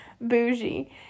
bougie